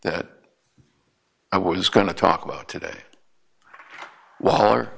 that i was going to talk about today well